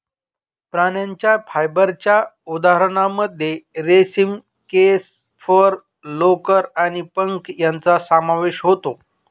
प्राण्यांच्या फायबरच्या उदाहरणांमध्ये रेशीम, केस, फर, लोकर आणि पंख यांचा समावेश होतो